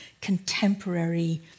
contemporary